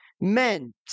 meant